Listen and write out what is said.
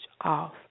off